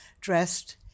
dressed